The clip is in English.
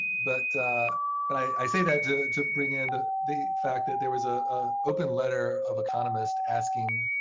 but but i say that to bring in the the fact that there was a open letter of economists asking,